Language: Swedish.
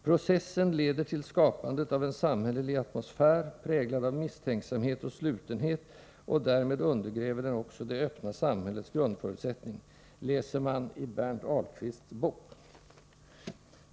Processen leder till skapandet av en samhällelig atmosfär, präglad av misstänksamhet och slutenhet, och därmed undergräver den också det öppna samhällets grundförutsättning”, läser man i Berndt Ahlqvists bok.